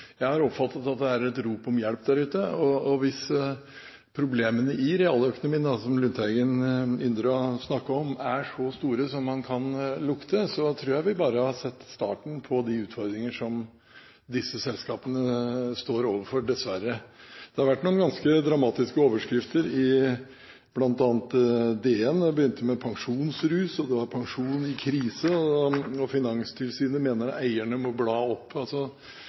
Jeg har oppfattet at det er et rop om hjelp der ute. Hvis problemene i realøkonomien – som Lundteigen ynder å snakke om – er så store som man kan lukte, tror jeg vi bare har sett starten på de ufordringer som disse selskapene står overfor, dessverre. Det har vært noen ganske dramatiske overskrifter, i bl.a. Dagens Næringsliv. Det begynte med pensjonsrus, det var «Pensjoner i krise», og Finanstilsynet mener eierne må bla opp.